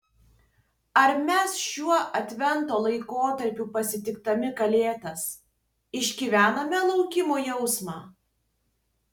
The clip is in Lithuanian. ar mes šiuo advento laikotarpiu pasitikdami kalėdas išgyvename laukimo jausmą